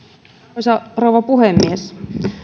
arvoisa rouva puhemies